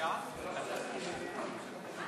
וציונים גיאוגרפיים (תיקון מס'